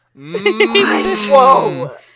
Whoa